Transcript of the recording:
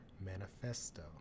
manifesto